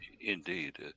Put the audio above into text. Indeed